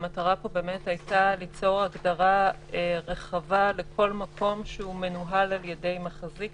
והמטרה פה הייתה ליצור הגדרה רחבה לכל מקום שמנוהל על ידי מחזיק.